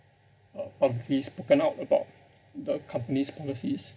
uh publicly spoken out about the company's policies